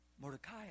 Mordecai